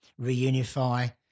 reunify